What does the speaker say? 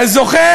אתה לא זוכר.